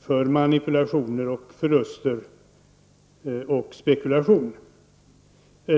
för manipulationer, förluster och spekulation blir därmed större.